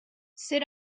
sit